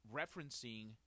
referencing